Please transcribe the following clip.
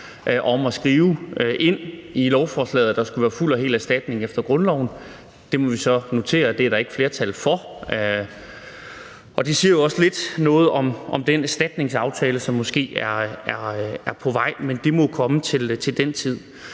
om at skrive ind i lovforslaget, at der skulle være fuld og hel erstatning efter grundloven. Det må vi så notere at der ikke er flertal for. Det siger også lidt om den aftale om erstatning, som måske er på vej, men det må jo komme til den tid.